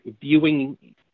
viewing